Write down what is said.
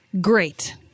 great